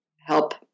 help